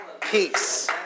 peace